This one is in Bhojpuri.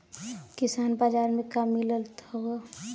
किसान बाजार मे का मिलत हव?